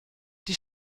die